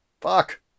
Fuck